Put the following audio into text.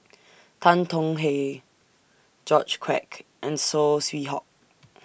Tan Tong Hye George Quek and Saw Swee Hock